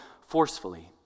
forcefully